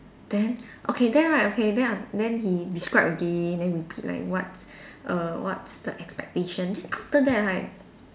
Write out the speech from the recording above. then okay then right okay then then he describe again then repeat like what's err what's the expectation then after that right